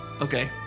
Okay